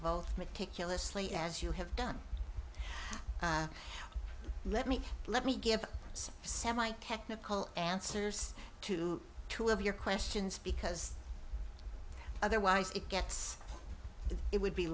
both meticulously as you have done let me let me give some semi technical answers to two of your questions because otherwise it gets it would be